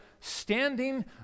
standing